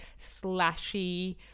slashy